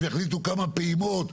יחליטו כמה פעימות,